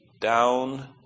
down